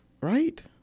Right